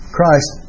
Christ